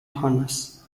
honors